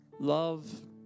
love